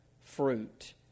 fruit